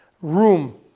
room